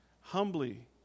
humbly